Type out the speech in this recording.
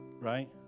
Right